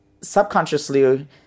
subconsciously